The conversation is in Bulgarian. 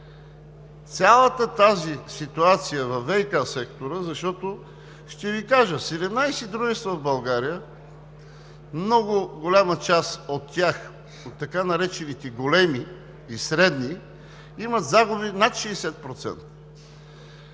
Цялата тази ситуация във ВиК сектора, защото – ще Ви кажа: седемнадесет дружества в България, много голяма част от тях, така наречените големи и средни, имат загуби над 60%,